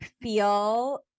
feel